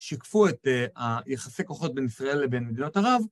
שיקפו את יחסי כוחות בין ישראל לבין מדינות ערב.